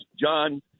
John